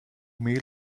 meal